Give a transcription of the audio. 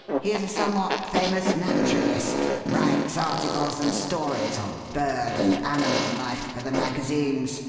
he is a somewhat famous naturalist. writes articles and stories on bird and animal life for the magazines.